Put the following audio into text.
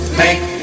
make